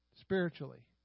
spiritually